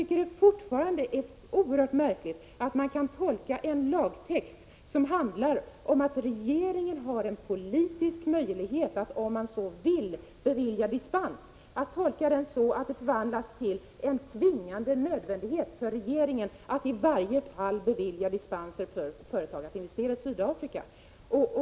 Jag tycker fortfarande det är oerhört märkligt att man kan tolka en lagtext, VSeringsfrineg p så SR ".. mellan Sverige som handlar om att regeringen har politisk möjlighet att om den så vill bevilja och USA dispens, så att den förvandlas till en tvingande nödvändighet för regeringen att i varje fall bevilja dispenser för företag att investera i Sydafrika.